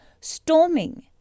storming